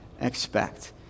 expect